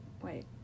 Wait